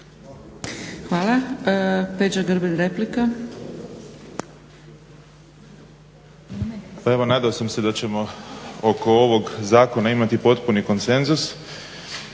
Peđa (SDP)** Pa evo nadao sam se da ćemo oko ovog zakona imati potpuni konsenzus,